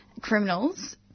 criminals